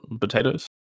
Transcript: potatoes